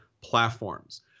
platforms